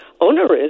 onerous